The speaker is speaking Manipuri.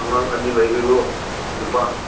ꯑꯉꯥꯡ ꯑꯅꯤ ꯂꯩꯕꯗꯣ ꯅꯨꯄꯥ